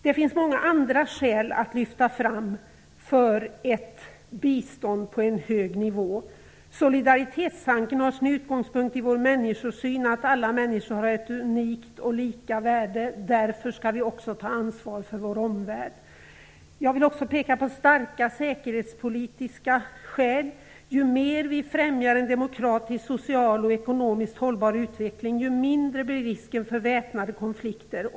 Det finns också många andra skäl att lyfta fram för ett bistånd på en hög nivå. Solidaritetstanken tar sin utgångspunkt i vår människosyn, i att alla människor har ett unikt och lika värde, och att vi därför också skall ta ansvar för vår omvärld. Jag vill också peka på starka säkerhetspolitiska skäl. Ju mer vi främjar en demokratisk, socialt och ekonomiskt hållbar utveckling, desto mindre blir risken för väpnade konflikter.